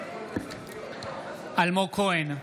אלמוג כהן,